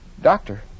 Doctor